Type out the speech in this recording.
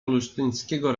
olsztyńskiego